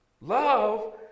love